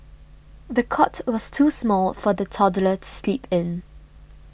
the cot was too small for the toddler to sleep in